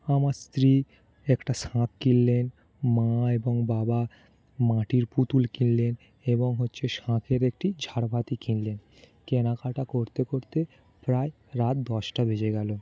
আমার স্ত্রী একটা শাঁখ কিনলেন মা এবং বাবা মাটির পুতুল কিনলেন এবং হচ্ছে শাঁখের একটি ঝাড়বাতি কিনলেন কেনাকাটা করতে করতে প্রায় রাত দশটা বেজে গেলো